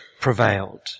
prevailed